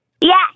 Yes